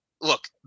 look